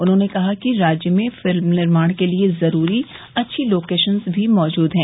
उन्होंने कहा कि राज्य में फ़िल्म निर्माण के लिए ज़रूरी अच्छी लोकेशन्स भी मौजूद हैं